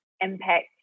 impact